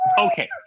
Okay